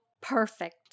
perfect